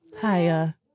Hiya